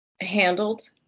handled